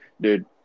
dude